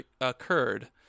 occurred